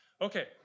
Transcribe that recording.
Okay